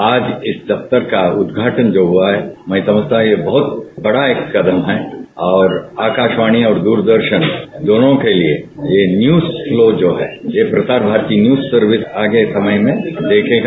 आज इस दफ्तर का उद्घाटन जो हुआ है मैं समझता हूं एक बहुत बड़ा ये कदम है और आकाशवाणी और द्ररदर्शन दोनों के लिए ये न्यज फ्लो जो हैं ये प्रसार भारती न्यूज सर्विस आगे समय में देखेगा